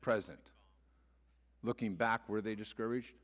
present looking back where they discouraged